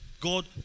God